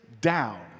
down